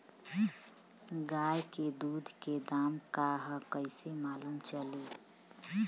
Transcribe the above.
गाय के दूध के दाम का ह कइसे मालूम चली?